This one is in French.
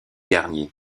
garnier